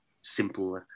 simple